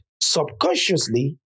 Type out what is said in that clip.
subconsciously